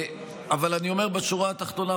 אבל אני אומר בשורה התחתונה,